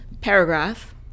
paragraph